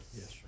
Yes